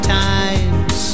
times